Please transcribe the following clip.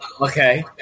Okay